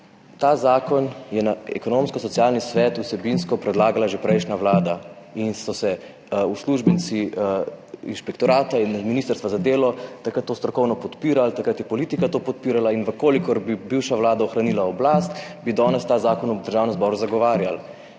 ta zakon je Ekonomsko-socialnemu svetu vsebinsko predlagala že prejšnja vlada in so takrat uslužbenci inšpektorata in ministrstva za delo to strokovno podpirali, takrat je politika to podpirala in v kolikor bi bivša vlada ohranila oblast, bi danes ta zakon v Državnem zboru zagovarjali.